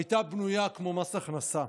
הייתה בנויה כמו מס הכנסה.